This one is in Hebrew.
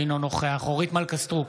אינו נוכח אורית מלכה סטרוק,